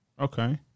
Okay